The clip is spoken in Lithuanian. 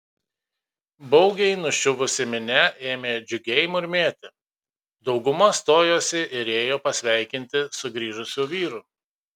baugiai nuščiuvusi minia ėmė džiugiai murmėti dauguma stojosi ir ėjo pasveikinti sugrįžusių vyrų